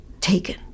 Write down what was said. taken